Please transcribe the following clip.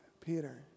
Peter